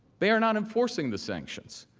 they are not enforcing the sanctions.